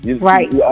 Right